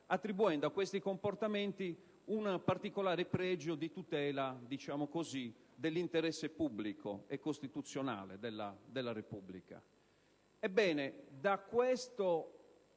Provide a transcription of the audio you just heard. attribuendo a questi comportamenti un particolare fregio di tutela - diciamo così - dell'interesse pubblico e costituzionale della Repubblica.